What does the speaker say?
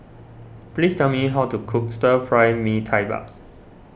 please tell me how to cook Stir Fry Mee Tai Bak